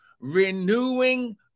Renewing